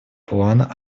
плана